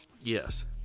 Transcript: Yes